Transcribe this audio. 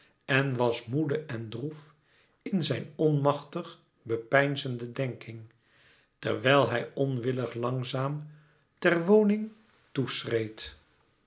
en was moede en droef in zijn onmachtig bepeinzende denking terwijl hij onwillig langzaam ter woning